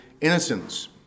innocence